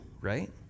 right